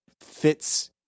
fits